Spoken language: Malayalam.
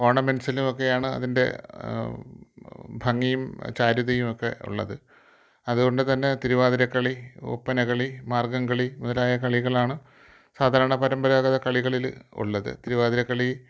ഒർണമെൻസിലൊക്കെ ആണ് അതിൻ്റെ ഭംഗിയും ചാരുതയും ഒക്കെ ഉള്ളത് അതുകൊണ്ട് തന്നെ തിരുവാതിരക്കളി ഒപ്പനകളി മാർഗ്ഗം കളി മുതലായ കളികളാണ് സാധാരണ പരമ്പരാഗത കളികളിൽ ഉള്ളത് തിരുവാതിരക്കളി